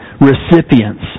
recipients